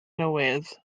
newydd